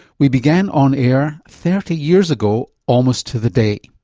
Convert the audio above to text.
we began on air thirty years ago almost to the day.